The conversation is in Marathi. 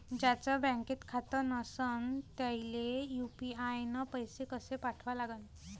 ज्याचं बँकेत खातं नसणं त्याईले यू.पी.आय न पैसे कसे पाठवा लागन?